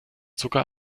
zucker